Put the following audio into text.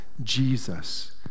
Jesus